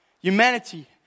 humanity